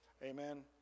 Amen